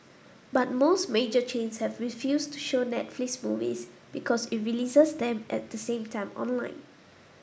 but most major chains have refused to show Netflix movies because it releases them at the same time online